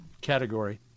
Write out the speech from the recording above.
category